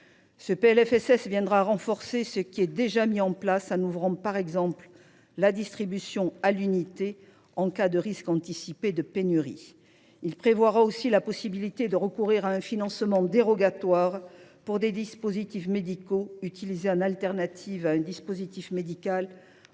Ce PLFSS viendra renforcer ce qui est déjà mis en place en ouvrant, par exemple, la distribution à l’unité en cas de risque anticipé de pénurie. Il prévoira aussi la possibilité de recourir à un financement dérogatoire pour des dispositifs médicaux utilisés en substitution d’un dispositif médical